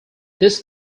this